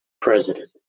president